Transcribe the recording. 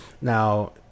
Now